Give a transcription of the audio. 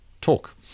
talk